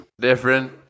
different